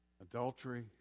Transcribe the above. adultery